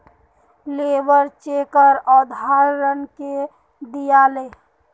labour चेकेर अवधारणा के दीयाले